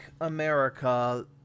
America